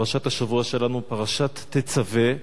פרשת השבוע שלנו היא פרשת תצוה,